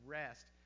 rest